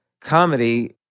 comedy